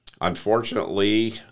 Unfortunately